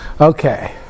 okay